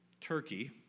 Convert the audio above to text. Turkey